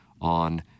on